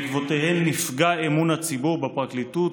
שבעקבותיהן נפגע אמון הציבור בפרקליטות,